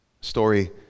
story